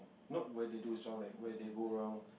not where they do is wrong like where they go wrong